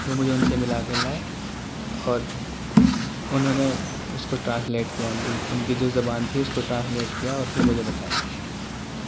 وہ مجھے ان سے ملا کر لائے اور انہوں نے اس کو ٹرانسلیٹ کیا ان کی ان کی جو زبان تھی اس کو ٹرانسلیٹ کیا اور پھر مجھے بتایا